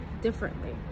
differently